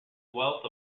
wealth